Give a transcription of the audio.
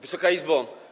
Wysoka Izbo!